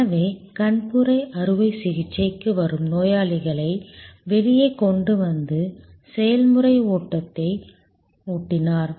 எனவே கண்புரை அறுவை சிகிச்சைக்கு வரும் நோயாளிகளை வெளியே கொண்டு வந்து செயல்முறை ஓட்டத்தில் ஊட்டினார்